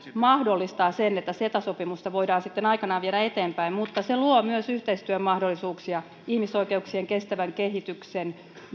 mahdollistaa sen että ceta sopimusta voidaan sitten aikanaan viedä eteenpäin mutta se luo myös yhteistyömahdollisuuksia ihmisoikeuksien kestävän kehityksen